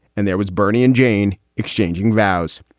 and there was bernie and jane exchanging vows.